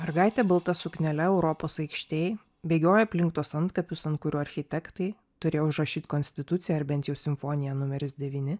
mergaitė balta suknele europos aikštėj bėgioja aplink tuos antkapius ant kurių architektai turėjo užrašyt konstituciją ar bent jau simfoniją numeris devyni